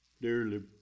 Dearly